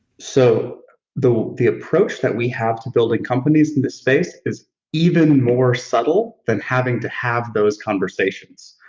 so the the approach that we have to building companies in this space is even more subtle than having to have those conversations,